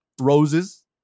Roses